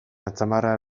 atzamarra